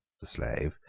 the slave,